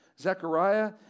Zechariah